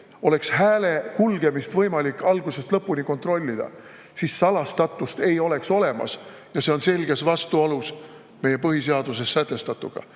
oleks hääle kulgemist võimalik algusest lõpuni kontrollida, siis salastatust ei oleks olemas. See on selges vastuolus meie põhiseaduses sätestatuga,